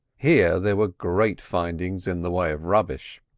here there were great findings in the way of rubbish.